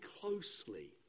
closely